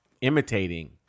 imitating